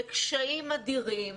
בקשיים אדירים